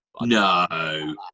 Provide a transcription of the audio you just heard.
No